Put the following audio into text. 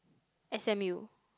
s_m_u